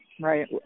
right